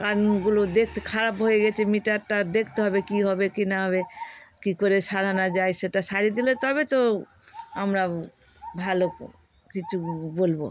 কারেন্টগুলো দেখতে খারাপ হয়ে গেছে মিটারটা দেখতে হবে কী হবে কি না হবে কী করে সারানো যায় সেটা সারিয়ে দিলে তবে তো আমরা ভালো কিছু বলবো